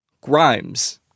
Grimes